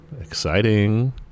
Exciting